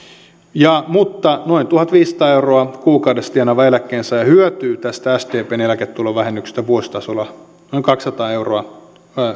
mutta noin tuhatviisisataa euroa kuukaudessa tienaava eläkkeensaaja hyötyy tästä sdpn eläketulovähennyksestä vuositasolla noin kaksisataa euroa